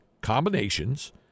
combinations